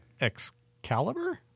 Excalibur